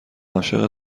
عاشق